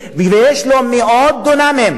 יש לו מאות דונמים.